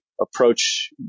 approach